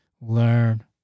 Learn